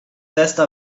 testa